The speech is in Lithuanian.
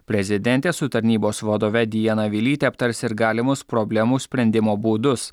prezidentė su tarnybos vadove diana vilyte aptars ir galimus problemų sprendimo būdus